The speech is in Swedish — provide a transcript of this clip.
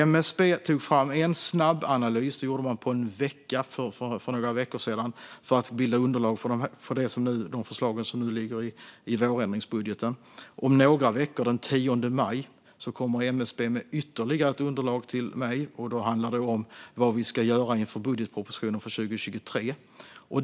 MSB tog fram en snabbanalys - det gjorde man på en vecka, för några veckor sedan - som bildar underlag för de förslag som nu ligger i vårändringsbudgeten. Om några veckor, den 10 maj, kommer MSB med ytterligare ett underlag till mig. Då handlar det om vad vi ska göra inför budgetpropositionen för 2023.